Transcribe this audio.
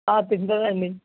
తింటుంది అండి